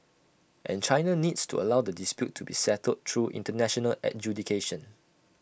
and China needs to allow the dispute to be settled through International adjudication